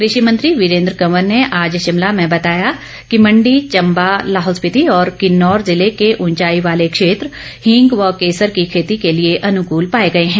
कृषि मंत्री वीरेंद्र कंवर ने आज शिमला में बताया कि मंडी चंबा लाहौल स्पीति और किन्नौर जिले के ऊंचाई वाले क्षेत्र हींग व केसर की खेती के लिए अनुकूल पाए गए है